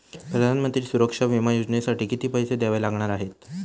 प्रधानमंत्री सुरक्षा विमा योजनेसाठी किती पैसे द्यावे लागणार आहेत?